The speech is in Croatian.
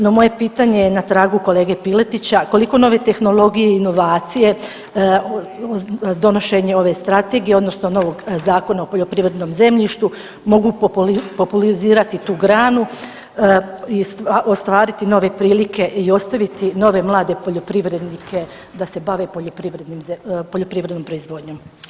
No moje pitanje je na tragu kolege Piletića koliko nove tehnologije i inovacije donošenje ove strategije, odnosno novog Zakona o poljoprivrednom zemljištu mogu popularizirati tu granu i ostvarit nove prilike i ostaviti nove, mlade poljoprivrednike da se bave poljoprivrednom proizvodnjom.